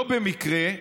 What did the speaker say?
לא במקרה,